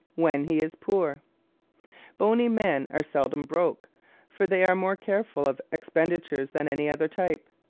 when he is poor bony men are seldom broke for they are more careful of expenditures than any other type.